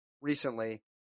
recently